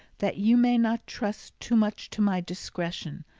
that you may not trust too much to my discretion.